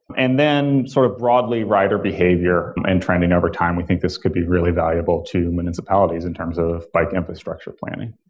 and then sort of broadly rider behavior and training overtime, we think this could be really valuable to municipalities in terms of bike infrastructure planning.